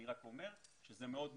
אני רק אומר שזה מאוד מורכב.